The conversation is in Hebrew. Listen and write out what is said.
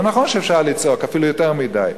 זה נכון שאפשר לצעוק, אפילו יותר מדי.